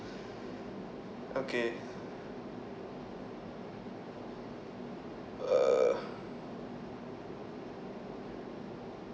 okay uh